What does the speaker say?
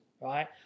right